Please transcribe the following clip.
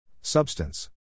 Substance